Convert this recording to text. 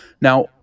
Now